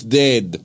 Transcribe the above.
dead